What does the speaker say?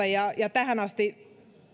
ja tähän asti